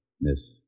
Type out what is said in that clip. Miss